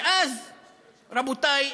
ואז, רבותי,